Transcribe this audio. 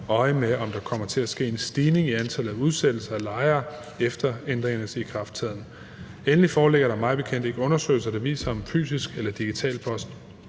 øje med, om der kommer til at ske en stigning i antallet af udsættelser af lejere efter ændringernes ikrafttræden. Endelig foreligger der mig bekendt ikke undersøgelser, der siger noget om, hvorvidt fysisk eller digital post